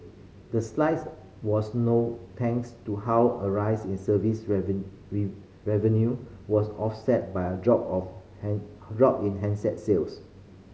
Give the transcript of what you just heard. the slides was no thanks to how a rise in service revenue was offset by a drop of drop in handset sales